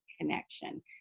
connection